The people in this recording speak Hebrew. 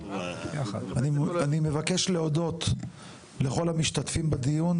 אני מבקש להודות לכל המשתתפים בדיון,